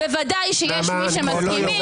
-- בוודאי שיש מי שמסכימים.